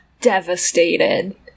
devastated